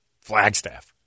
Flagstaff